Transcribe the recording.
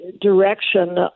direction